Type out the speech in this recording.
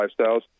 lifestyles